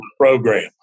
program